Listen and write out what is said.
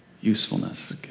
Usefulness